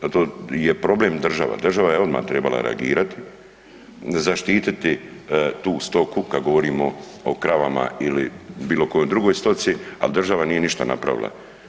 Zato je problem država, država je odma trebala reagirati, zaštititi tu stoku kad govorimo o kravama ili bilo kojoj drugoj stoci, al država nije ništa napravila.